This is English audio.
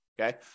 Okay